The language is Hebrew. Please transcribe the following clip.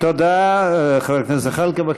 תודה, חבר הכנסת זחאלקה.